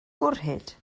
gwrhyd